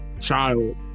child